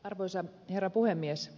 arvoisa herra puhemies